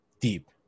deep